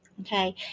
Okay